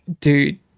dude